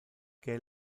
que